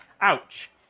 ouch